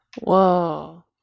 Whoa